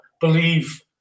believe